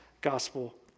gospel